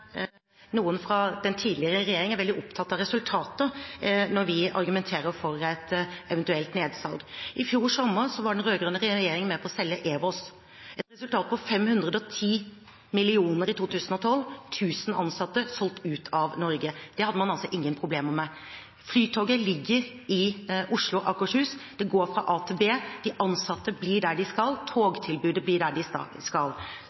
noen fra den tidligere regjeringen er veldig opptatt av resultater når vi argumenterer for et eventuelt nedsalg. I fjor sommer var den rød-grønne regjeringen med på å selge Ewos – med et resultat på 510 mill. kr i 2012, 1 000 ansatte – ut av Norge. Det hadde man altså ingen problemer med. Flytoget ligger i Oslo og Akershus. Det går fra a til b. De ansatte blir der de er. Togtilbudet blir der